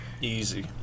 easy